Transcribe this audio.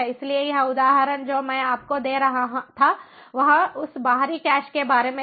इसलिए यह उदाहरण जो मैं आपको दे रहा था वह उस बाहरी कैश के बारे में था